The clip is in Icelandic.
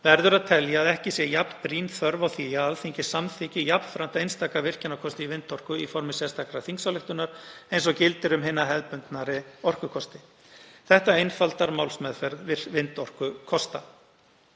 verður að telja að ekki sé jafn brýn þörf á því að Alþingi samþykki jafnframt einstaka virkjunarkosti í vindorku í formi sérstakrar þingsályktunar eins og gildir um hina hefðbundnari orkukosti. Málið kann hins vegar að vandast